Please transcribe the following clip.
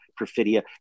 Perfidia